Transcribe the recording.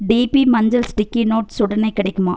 DP மஞ்சள் sticky notes உடனே கிடைக்குமா